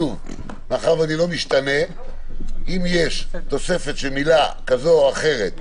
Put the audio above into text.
שאם יש תוספת של מילה כזאת או אחרת,